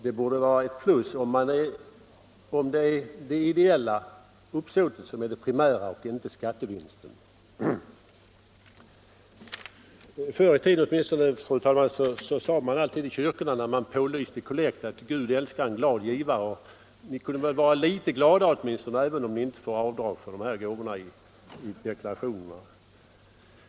Det borde verkligen vara ett — Nr 43 plus om det är det ideella uppsåtet som är det primära och inte skat Torsdagen den ÅTIDSke 20 mars 1975 Förr i tiden sade man alltid i kyrkorna när man pålyste kollekt, att Gud älskar en glad givare. Ni kunde väl vara litet gladare även om ni = Avdrag vid ininte får göra avdrag för de här gåvorna i deklarationerna!